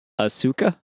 Asuka